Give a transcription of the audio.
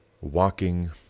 walking